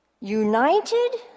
United